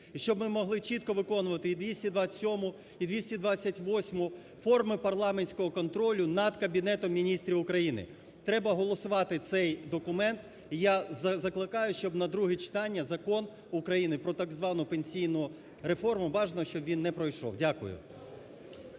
щоб ми могли чітко виконувати і 227-у, і 228-у форми парламентського контролю над Кабінетом Міністрів України. Треба голосувати цей документ. І я закликаю, щоб на друге читання Закон України про так звану пенсійну реформу, бажано, щоб він не пройшов. Дякую.